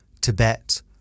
Tibet